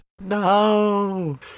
No